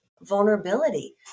vulnerability